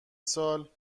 سال